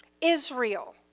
Israel